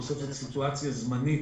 בסוף זאת סיטואציה זמנית.